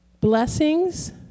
Blessings